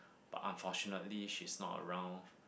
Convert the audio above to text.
but unfortunately she's not around